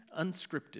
unscripted